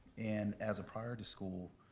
and as a priority school,